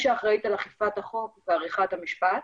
שאחראית על אכיפת החוק ועריכת המשפט.